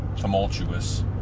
tumultuous